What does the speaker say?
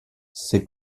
ses